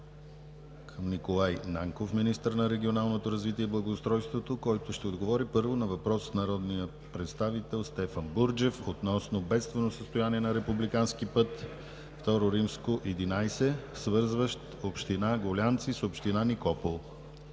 към Николай Нанков – министър на регионалното развитие и благоустройството, който ще отговори първо на въпрос от народния представител Стефан Бурджев относно бедствено състояние на републикански път II-11, свързващ община Гулянци с община Никопол.